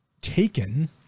taken